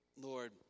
Lord